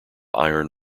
iron